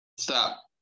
Stop